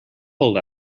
old